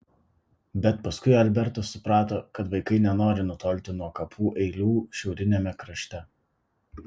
bet paskui albertas suprato kad vaikai nenori nutolti nuo kapų eilių šiauriniame krašte